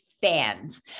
fans